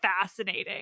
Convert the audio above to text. fascinating